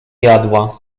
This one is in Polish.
jadła